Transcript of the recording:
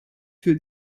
für